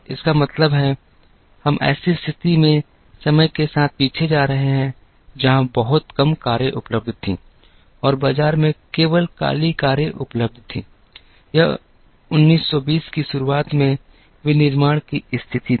इसका मतलब है हम ऐसी स्थिति में समय के साथ पीछे जा रहे हैं जहां बहुत कम कारें उपलब्ध थीं और बाजार में केवल काली कारें उपलब्ध थीं यह 1920 की शुरुआत में विनिर्माण की स्थिति थी